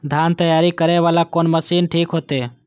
धान तैयारी करे वाला कोन मशीन ठीक होते?